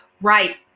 Right